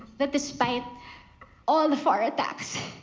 that despite all of our attacks.